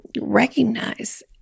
recognize